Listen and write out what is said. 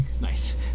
nice